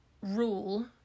rule